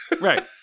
Right